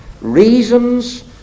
reasons